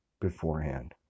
beforehand